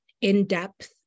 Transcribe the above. in-depth